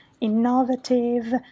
innovative